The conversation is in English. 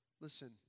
Listen